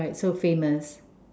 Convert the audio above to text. right so famous